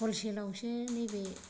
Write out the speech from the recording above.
हलसेलावसो नैबे